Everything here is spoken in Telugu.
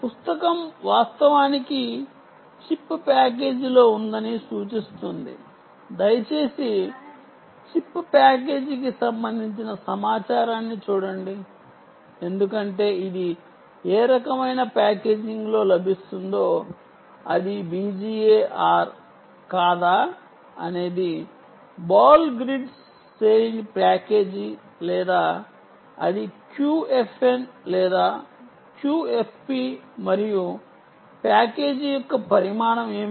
పుస్తకం వాస్తవానికి చిప్ ప్యాకేజీలో ఉందని సూచిస్తుంది దయచేసి చిప్ ప్యాకేజీకి సంబంధించిన సమాచారాన్ని చూడండి ఎందుకంటే ఇది ఏ రకమైన ప్యాకేజింగ్లో లభిస్తుందో అది BGA r కాదా అనేది బాల్ గ్రిడ్ శ్రేణి ప్యాకేజీ లేదా అది QFN లేదా QFP మరియు ప్యాకేజీ యొక్క పరిమాణం ఏమిటి